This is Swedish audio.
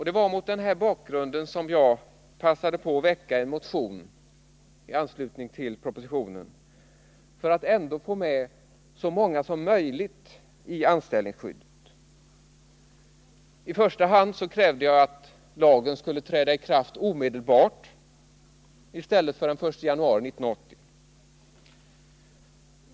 Det var mot den här bakgrunden som jag väckte en motion i anslutning till för långtidssjuka, propositionen för att ändå få med så många som möjligt i anställningsskyd = m.m. det. I första hand krävde jag att lagen skulle träda i kraft omedelbart i stället för den 1 januari 1980.